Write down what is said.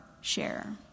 share